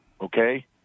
Okay